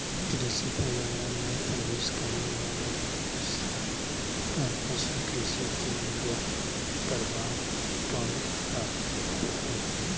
कृषि पर्यावरण मे प्रवेश करे वला प्रदूषक पर पशु कृषि के व्यापक प्रभाव पड़ रहल हई